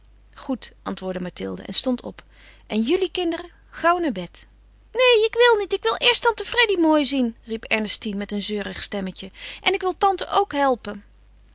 goed antwoordde mathilde en stond op en jullie kinderen gauw naar bed neen ik wil niet ik wil eerst tante freddy mooi zien riep ernestine met een zeurig stemmetje en ik wil tante ook helpen